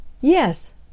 Yes